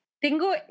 tengo